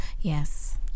Yes